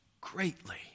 greatly